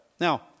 Now